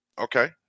Okay